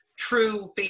true